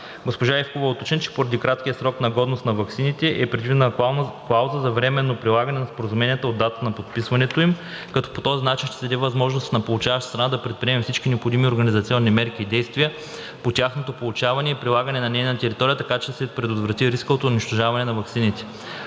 Госпожа Ивкова уточни, че поради краткия срок на годност на ваксините е предвидена клауза за временно прилагане на споразуменията от датата на подписването им, като по този начин ще се даде възможност на получаващата страна да предприеме всички необходими организационни мерки и действия по тяхното получаване и прилагане на нейна територия, така че да се предотврати рискът от унищожаване на ваксините.